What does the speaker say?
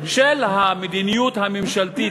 של המדיניות הממשלתית,